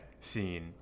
scene